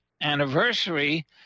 anniversary